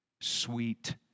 Sweet